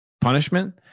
Punishment